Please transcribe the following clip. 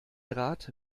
rat